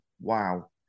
wow